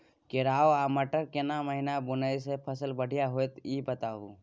केराव आ मटर केना महिना बुनय से फसल बढ़िया होत ई बताबू?